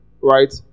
Right